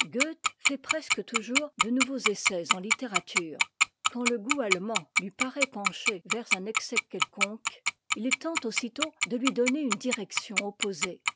fait presque toujours de nouveaux essais en littérature quand le goût allemand lui paraît pencher vers un excès quelconque il tente aussitôt de lui donner une direction opposée